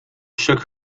shook